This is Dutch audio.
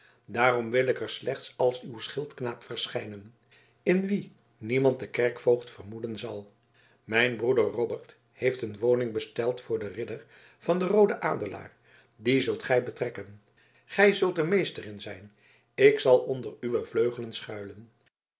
daarom wil ik er slechts als uw schildknaap verschijnen in wien niemand den kerkvoogd vermoeden zal mijn broeder robbert heeft een woning besteld voor den ridder van den rooden adelaar die zult gij betrekken gij zult er meester in zijn ik zal onder uwe vleugelen schuilen